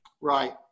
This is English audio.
Right